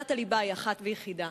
ושאלת הליבה היא אחת ויחידה,